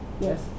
yes